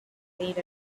said